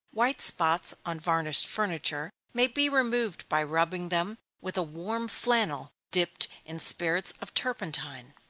white spots on varnished furniture may be removed by rubbing them with a warm flannel, dipped in spirits of turpentine.